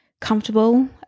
comfortable